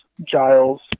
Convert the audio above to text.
Giles